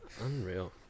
Unreal